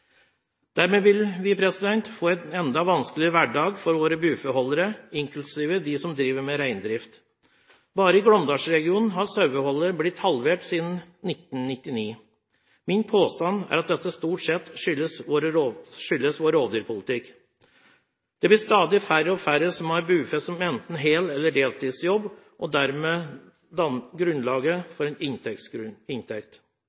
Dermed vil vi få en enda vanskeligere hverdag for våre bufeholdere, inklusiv dem som driver med reindrift. Bare i Glåmdalsregionen har saueholdet blitt halvert siden 1999. Min påstand er at dette stort sett skyldes vår rovdyrpolitikk. Det blir stadig færre som har bufe som enten hel- eller deltidsjobb, og som dermed danner grunnlag for en inntekt.